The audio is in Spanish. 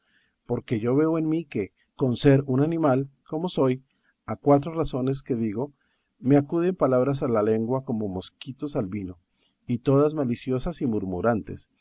porque yo veo en mí que con ser un animal como soy a cuatro razones que digo me acuden palabras a la lengua como mosquitos al vino y todas maliciosas y murmurantes